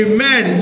Amen